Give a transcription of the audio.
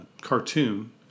cartoon